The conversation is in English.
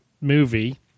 movie